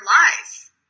life